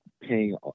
paying